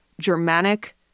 Germanic